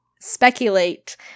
speculate